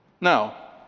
Now